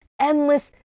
endless